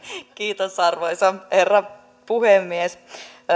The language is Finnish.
kiitos arvoisa herra puhemies